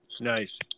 Nice